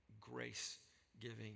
grace-giving